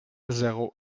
zéro